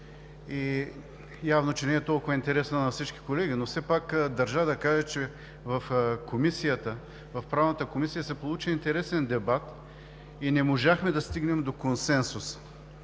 и явно, че не е толкова интересна на всички колеги, но все пак държа да кажа, че в Правната комисия се получи интересен дебат и не можахме да стигнем до консенсус.